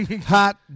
Hot